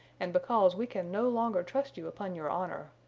and because we can no longer trust you upon your honor,